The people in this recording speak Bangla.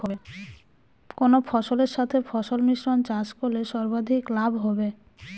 কোন ফসলের সাথে কোন ফসল মিশ্র পদ্ধতিতে চাষ করলে সর্বাধিক লাভ হবে?